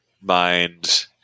mind